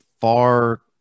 far